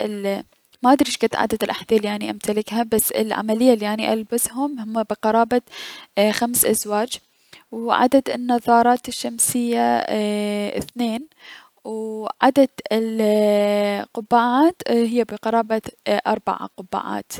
ما ادري شكد عدد الأحذية الي اني امتلكها بي العملية الي اني البسهم هم بقرابة خمس ازواج، و عدد النظارات الشمسية اثنين و عدد ال اي- قبعات هي بقرابة اي- اربعة قبعات.